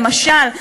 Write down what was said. למשל,